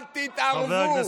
אתה שונא את היהדות.